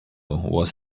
was